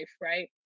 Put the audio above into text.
right